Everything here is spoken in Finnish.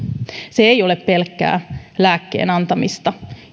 se ei ole pelkkää lääkkeen antamista